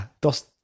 Dos